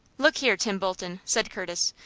look here, tim bolton, said curtis,